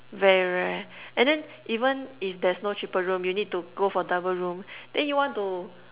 very rare and then even if there's no triple room you need to go for double room then you want to